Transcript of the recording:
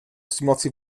simulaci